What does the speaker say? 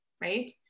right